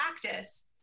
practice